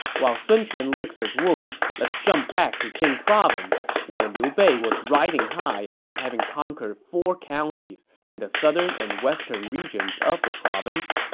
while sun quan licks his wounds, let's jump back to jing province, where liu bei was riding high after having conquered four counties in the southern and western regions of the province.